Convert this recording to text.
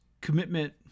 commitment